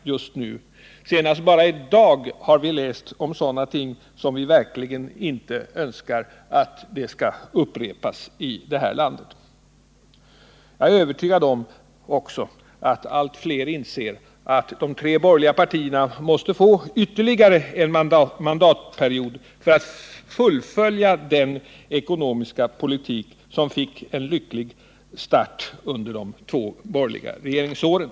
Senast i dag har vi läst om ting som vi verkligen inte vill skall hända i det här landet. Jag är också övertygad om att allt fler inser att de tre borgerliga partierna måste få ytterligare en mandatperiod för att fullfölja den ekonomiska politik som fick en lycklig start under de två borgerliga regeringsåren.